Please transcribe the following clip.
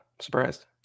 surprised